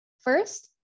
First